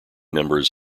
members